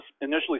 initially